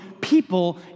people